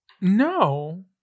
No